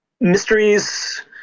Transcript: Mysteries